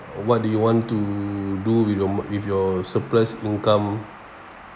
what do you want to do with with your surplus income